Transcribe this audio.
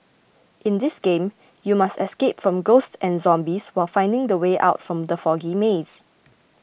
in this game you must escape from ghosts and zombies while finding the way out from the foggy maze